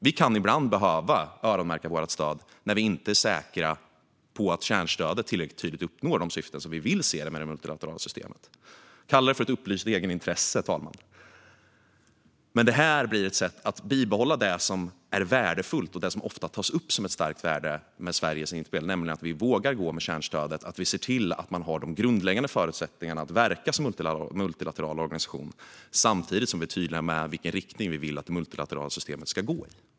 Vi kan ibland behöva öronmärka vårt stöd, när vi inte är säkra på att kärnstödet tillräckligt tydligt uppnår de syften vi vill eftersträva i det multilaterala systemet. Kalla det för ett upplyst egenintresse, herr talman! Men det här blir ett sätt att bibehålla det som är värdefullt och ofta tas upp som ett starkt värde med Sveriges inspel: Vi vågar satsa på kärnstödet och ser till att man har de grundläggande förutsättningarna att verka som multilateral organisation, samtidigt som vi är tydliga med i vilken riktning vi vill att det multilaterala systemet ska gå.